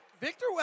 Victor